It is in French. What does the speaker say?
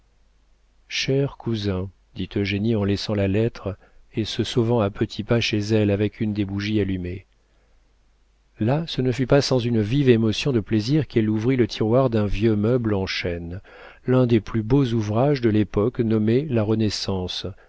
cher cousin dit eugénie en laissant la lettre et se sauvant à petits pas chez elle avec une des bougies allumées là ce ne fut pas sans une vive émotion de plaisir qu'elle ouvrit le tiroir d'un vieux meuble en chêne l'un des plus beaux ouvrages de l'époque nommée la renaissance